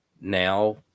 now